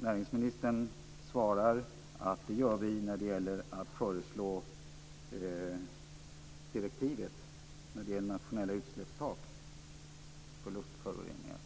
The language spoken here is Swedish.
Näringsministern svarar att vi gör det när det gäller att föreslå direktivet om nationella utsläppstak för luftföroreningar.